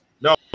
No